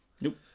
nope